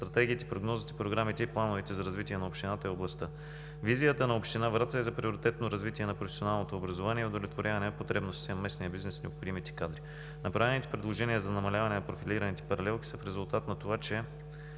стратегиите, прогнозите, програмите и плановете за развитие на общината и областта. Визията на община Враца е за приоритетно развитие на професионалното образование и удовлетворяване потребностите на местния бизнес с необходимите кадри. Направените предложения за намаляване на профилираните паралелки са в резултат на това, че